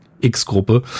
X-Gruppe